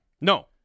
No